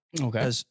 Okay